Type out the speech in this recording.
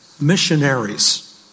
missionaries